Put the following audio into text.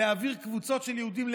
להעביר קבוצות של יהודים,